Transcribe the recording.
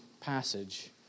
passage